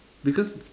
because